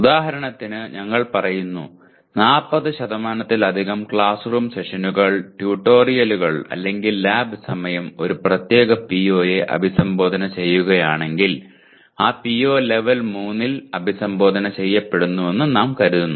ഉദാഹരണത്തിന് ഞങ്ങൾ പറയുന്നു 40 ത്തിലധികം ക്ലാസ് റൂം സെഷനുകൾ ട്യൂട്ടോറിയലുകൾ അല്ലെങ്കിൽ ലാബ് സമയം ഒരു പ്രത്യേക PO യെ അഭിസംബോധന ചെയ്യുകയാണെങ്കിൽ ആ PO ലെവൽ 3 ൽ അഭിസംബോധന ചെയ്യപ്പെടുന്നുവെന്ന് നാം കരുതുന്നു